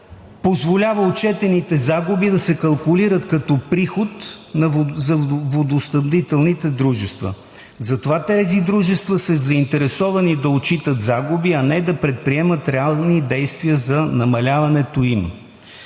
позволява отчетените загуби да се калкулират като приход за водоснабдителните дружества. Затова тези дружества са заинтересовани да отчитат загуби, а не да предприемат реални действия за намаляването им.